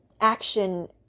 action